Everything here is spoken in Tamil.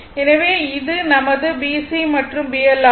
எனவே இது நமது BC மற்றும் BL ஆகும்